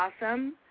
awesome